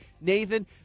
Nathan